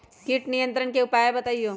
किट नियंत्रण के उपाय बतइयो?